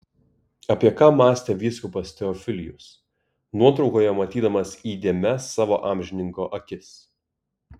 apie ką mąstė vyskupas teofilius nuotraukoje matydamas įdėmias savo amžininko akis